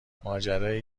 ماجرای